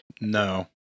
No